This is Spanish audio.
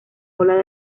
ola